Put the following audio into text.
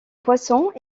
poissons